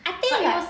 I think it was